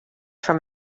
from